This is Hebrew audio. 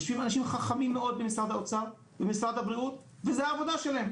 יושבים אנשים חכמים מאוד במשרד האוצר ובמשרד הבריאות וזו העבודה שלהם,